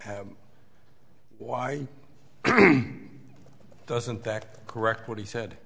why doesn't that correct what he said